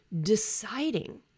deciding